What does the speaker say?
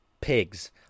pigs